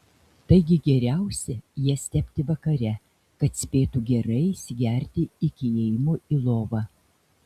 taigi geriausia jas tepti vakare kad spėtų gerai įsigerti iki ėjimo į lovą